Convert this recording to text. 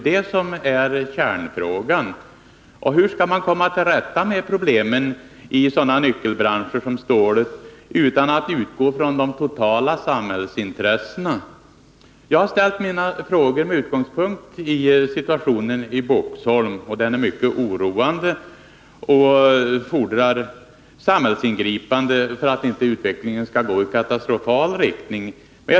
Det är kärnfrågan. Hur skall man komma till rätta med problemen i sådana nyckelbranscher som stålindustrin utan att utgå från de totala samhällsintressena? Jag har ställt mina frågor med utgångspunkt i situationen i Boxholm. Den är mycket oroande och fordrar samhällsingripanden för att utvecklingen inte skall gå i en katastrofal riktning.